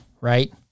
right